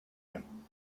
him